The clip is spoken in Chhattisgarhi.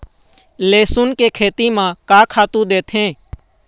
लेसुन के खेती म का खातू देथे?